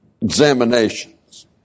examinations